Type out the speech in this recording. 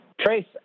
Trace